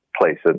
places